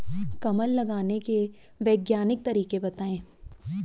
कमल लगाने के वैज्ञानिक तरीके बताएं?